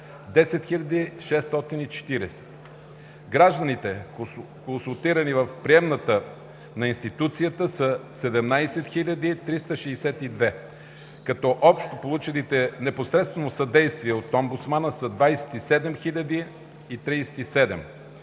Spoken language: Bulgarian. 10 640. Гражданите, консултирани в приемната на институцията са 17 362, като общо получилите непосредствено съдействие от омбудсмана са 27 037,